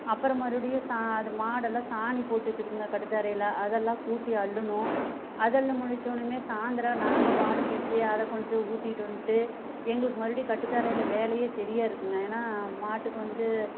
அப்புறம் மறுபடியும் சா அந்த மாடெல்லாம் சாணி போட்டு வச்சுருக்குங்க கட்டுத்தரையில் அதெல்லாம் கூட்டி அள்ளணும் அதை அள்ளி முடிச்சோடனையுமே சாயந்தரம் நாங்கள் பால் பீய்ச்சு அதை கொண்டு போய் ஊற்றிக்கிட்டு வந்துட்டு எங்களுக்கு மறுபடியும் கட்டுத்தரையில் வேலையே சரியா இருக்குங்க ஏன்னா மாட்டுக்கு வந்து